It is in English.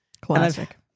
Classic